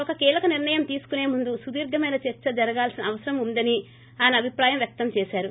ఒక కీలక నిర్ణయం తీసుకున్న ముందు సుదీర్ఘమైన చర్చ జరగాల్సిన అవసరం ఉందని ఆయన అభిప్రాయం వ్యక్తం చేశారు